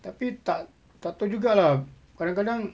tapi tak tak tahu juga lah kadang kadang